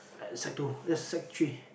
at sec-two that's sec-three